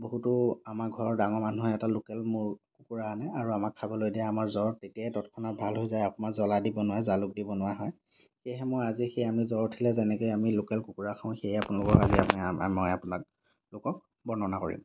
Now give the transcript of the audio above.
বহুতো আমাৰ ঘৰৰ ডাঙৰ মানুহে এটা লোকেল মূৰ কুকুৰা আনে আৰু আমাক খাবলৈ দিয়ে আমাৰ জ্বৰ তেতিয়াই তৎক্ষণাত ভাল হৈ যায় অকণমান জ্বলা দি বনোৱা জালুক দি বনোৱা হয় সেয়েহে মই আজি সেই আমি জ্বৰ উঠিলে যেনেকৈ আমি লোকেল কুকুৰা খাওঁ সেয়া আপোনালোকক আজি মই আপোনালোকক বৰ্ণনা কৰিম